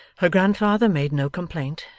her grandfather made no complaint,